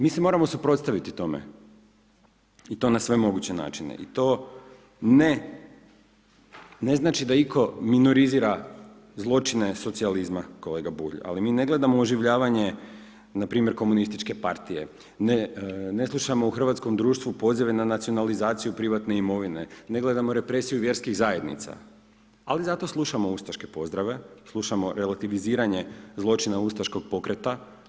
Mi se moramo suprotstaviti tome i to na sve moguće načine i to ne, ne znači da itko minorizira zločine socijalizma kolega Bulj, ali mi ne gledamo oživljavanje npr. komunističke partije, ne slušamo u hrvatskom društvu pozive na nacionalizaciju privatne imovine, ne gledamo represiju vjerskih zajednica ali zato slušamo ustaške pozdrave, slušamo relativiziranje zločina ustaškog pokreta.